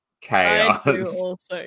Chaos